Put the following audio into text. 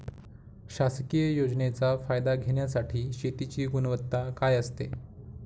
शासकीय योजनेचा फायदा घेण्यासाठी शेतीची गुणवत्ता काय असते?